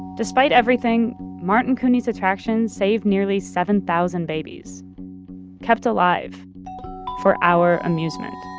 despite everything, martin couney's attractions saved nearly seven thousand babies kept alive for our amusement